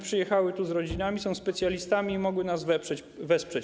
Przyjechały tu z rodzinami, są specjalistami i mogły nas wesprzeć.